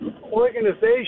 Organization